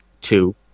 two